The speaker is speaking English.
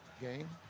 game